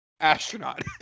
Astronaut